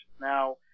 now